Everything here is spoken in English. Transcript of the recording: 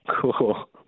cool